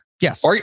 Yes